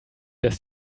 dass